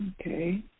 Okay